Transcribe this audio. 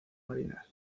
marinas